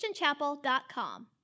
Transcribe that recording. christianchapel.com